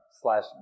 slash